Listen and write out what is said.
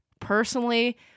Personally